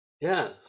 yes